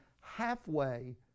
halfway